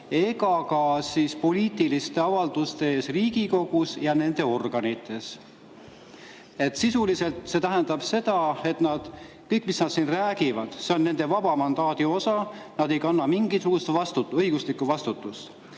ega ka poliitiliste avalduste eest Riigikogus ja selle organites. Sisuliselt see tähendab seda, et kõik, mis nad siin räägivad, on nende vaba mandaadi osa, nad ei kanna mingisugust õiguslikku vastutust.